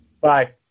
Bye